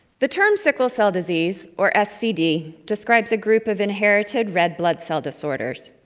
the term sickle cell disease, or scd, describes a group of inherited red blood cell disorders.